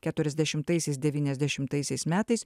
keturiasdešimtaisiais devyniasdešimtaisiais metais